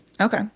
Okay